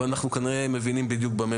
אבל אנחנו כנראה מבינים בדיוק במה